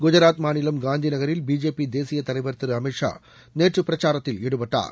குஜாத் மாநிலம் காந்தி நகரில் பிஜேபி தேசிய தலைவர் திரு அமித் ஷா நேற்று பிரச்சாரத்தில் ஈடுபட்டார்